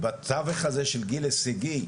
ובתווך הזה, של גיל הישגי,